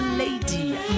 lady